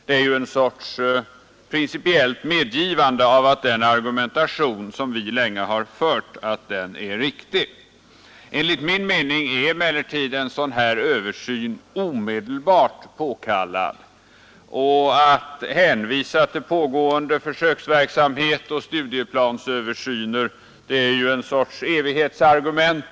Det är ju en sorts principiellt medgivande av att den argumentation som vi länge har fört är riktig. Enligt min mening är emellertid en sådan här översyn omedelbart påkallad. Att hänvisa till pågående försöksverksamhet och studieplansöversyner är en sorts evighetsargument.